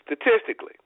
Statistically